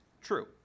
True